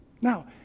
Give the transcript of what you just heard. Now